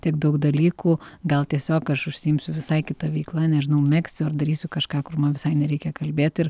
tiek daug dalykų gal tiesiog aš užsiimsiu visai kita veikla nežinau megsiu ar darysiu kažką kur man visai nereikia kalbėt ir